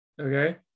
Okay